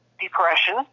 depression